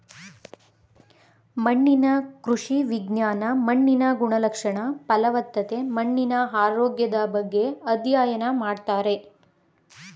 ಮಣ್ಣಿನ ಕೃಷಿ ವಿಜ್ಞಾನ ಮಣ್ಣಿನ ಗುಣಲಕ್ಷಣ, ಫಲವತ್ತತೆ, ಮಣ್ಣಿನ ಆರೋಗ್ಯದ ಬಗ್ಗೆ ಅಧ್ಯಯನ ಮಾಡ್ತಾರೆ